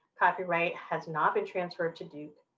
copyright has not been transferred to duke,